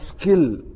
skill